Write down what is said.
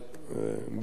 בית אגיון,